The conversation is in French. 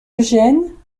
eugène